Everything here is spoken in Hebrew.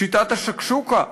"שיטת השקשוקה",